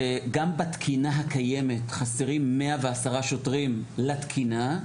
גם בתקינה הקיימת חסרים 110 שוטרים לתקינה,